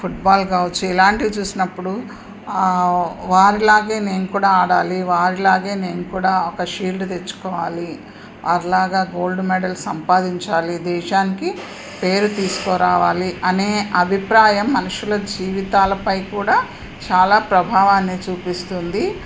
football కావచ్చు ఇలాంటివి చూసినప్పుడు వారిలాగ నేను కూడా ఆడాలి వారిలాగ నేను కూడా ఒక షీల్డ్ తెచ్చుకోవాలి అలాగే గోల్డ్మెడల్ సంపాదించాలి దేశానికి పేరు తీసుకురావాలి అనే అభిప్రాయం మనుషుల జీవితాలపై కూడా చాలా ప్రభావాన్ని చూపిస్తుంది